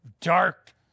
dark